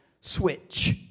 switch